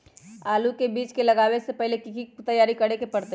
आलू के बीज के लगाबे से पहिले की की तैयारी करे के परतई?